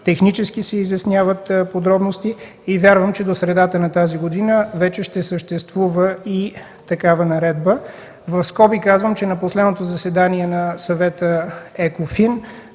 технически се изясняват подробности и вярвам, че до средата на тази година вече ще съществува и такава наредба. В скоби казвам, че на последното заседание на Съвета ЕКОФИН